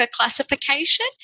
classification